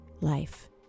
life